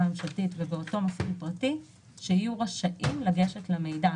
ממשלתית ובאותו מפעיל פרטי שיהיו רשאים לגשת למידע.